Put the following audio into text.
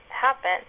happen